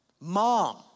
mom